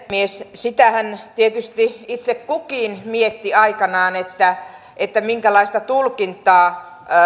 sitähän tietysti itse kukin mietti aikoinaan että että minkälaista tulkintaa